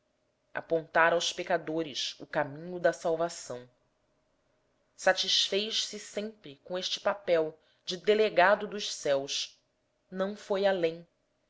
apontar aos pecadores o caminho da salvação satisfez-se sempre com este papel de delegado dos céus não foi além